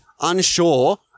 unsure